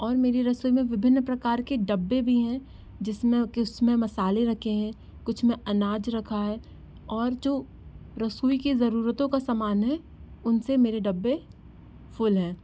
और मेरी रसोई में विभिन्न प्रकार के डब्बे भी हैं जिसमें किसी में मसाले रखे हैं कुछ में अनाज रखा है और जो रसोई की जरूरतों का सामान है उनसे मेरे डब्बे फूल हैं